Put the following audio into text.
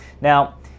Now